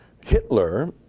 Hitler